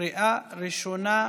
קריאה ראשונה.